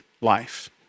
life